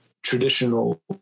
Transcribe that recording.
traditional